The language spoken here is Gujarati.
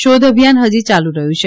શોધ અભિયાન ફજી યાલુ રફયું છે